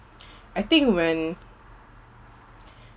I think when